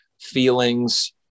feelings